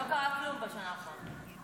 לא קרה כלום בשנה האחרונה?